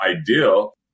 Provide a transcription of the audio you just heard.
ideal